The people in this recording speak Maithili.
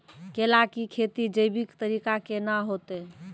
केला की खेती जैविक तरीका के ना होते?